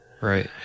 Right